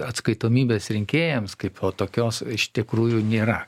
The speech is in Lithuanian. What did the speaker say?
atskaitomybės rinkėjams kaip o tokios iš tikrųjų nėra